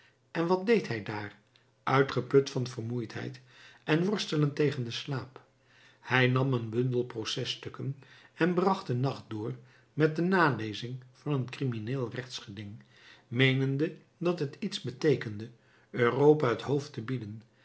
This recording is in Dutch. en wat deed hij daar uitgeput van vermoeidheid en worstelend tegen den slaap hij nam een bundel processtukken en bracht den nacht door met de nalezing van een crimineel rechtsgeding meenende dat het iets beteekende europa het hoofd te bieden